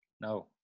No